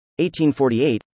1848